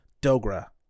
dogra